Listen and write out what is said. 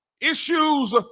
issues